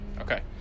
okay